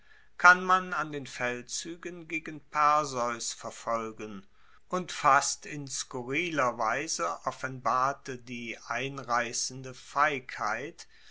kann man an den feldzuegen gegen perseus verfolgen und fast in skurriler weise offenbarte die einreissende feigheit